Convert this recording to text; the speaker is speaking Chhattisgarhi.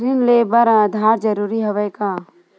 ऋण ले बर आधार जरूरी हवय का?